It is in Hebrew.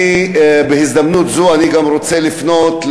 אני בהזדמנות זו גם רוצה לפנות,